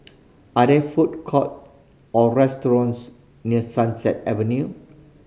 are there food courts or restaurants near Sunset Avenue